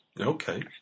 okay